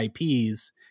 IPs